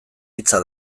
hitza